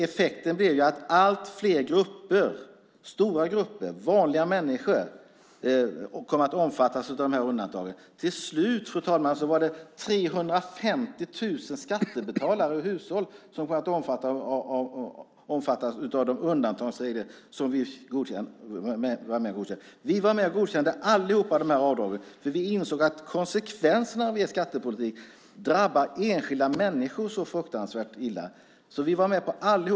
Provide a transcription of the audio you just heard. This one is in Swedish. Effekten blev att allt fler grupper, stora grupper vanliga människor, kom att omfattas av de här undantagen. Till slut var det, fru talman, 350 000 skattebetalare och hushåll som kom att omfattas av undantagsreglerna, som vi var med om att godkänna. Vi var med och godkände alla dessa avdrag, därför vi insåg att konsekvenserna av er skattepolitik drabbade enskilda människor så fruktansvärt hårt. Vi var med på alla.